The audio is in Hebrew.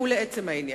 לעצם העניין,